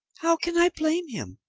how can i blame him?